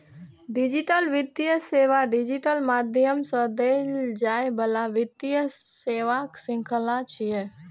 digital वित्तीय सेवा digital माध्यम सं देल जाइ बला वित्तीय सेवाक शृंखला छियै